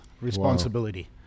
responsibility